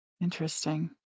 Interesting